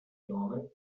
norman